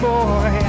Boy